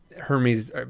hermes